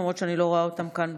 למרות שאני לא רואה אותם כאן באולם.